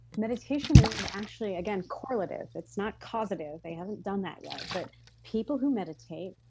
meditation is actually, again correlative. it's not causative they haven't done that one but people who meditate,